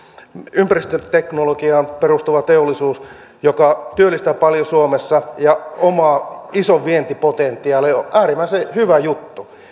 ympäristöteknologiaan perustuva teollisuus joka työllistää paljon suomessa ja omaa ison vientipotentiaalin on äärimmäisen hyvä juttu